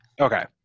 Okay